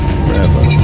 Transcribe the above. forever